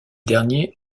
derniers